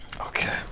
Okay